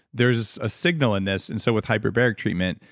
there's a signal in this. and so with hyperbaric treatment,